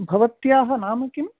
भवत्याः नाम किम्